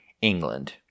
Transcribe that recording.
England